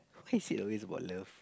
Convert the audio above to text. why is it always about love